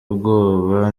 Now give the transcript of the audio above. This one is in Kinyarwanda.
ubwoba